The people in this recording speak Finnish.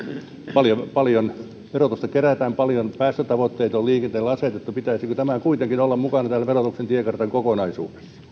paljon paljon veroja kerätään paljon päästötavoitteita on liikenteelle asetettu pitäisikö tämän kuitenkin olla mukana täällä verotuksen tiekartan kokonaisuudessa